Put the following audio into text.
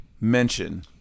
mention